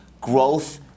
growth